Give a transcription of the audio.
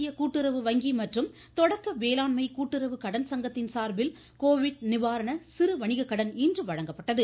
மத்திய கூட்டுறவு வங்கி மற்றும் தொடக்க வேளாண்மை கூட்டுறவு கடன் சங்கத்தின் சார்பில் கோவிட் நிவாரண சிறு வணிக கடன் இன்று வழங்கப்பட்டது